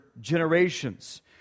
generations